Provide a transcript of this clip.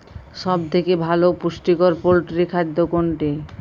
সব থেকে ভালো পুষ্টিকর পোল্ট্রী খাদ্য কোনটি?